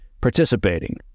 participating